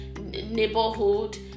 Neighborhood